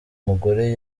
mugore